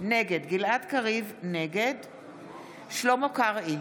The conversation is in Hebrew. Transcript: נגד שלמה קרעי,